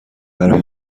برای